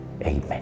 Amen